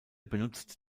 benutzt